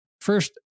first